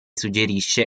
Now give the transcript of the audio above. suggerisce